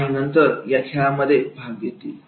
आणि नंतर या खेळामध्ये भाग घेतील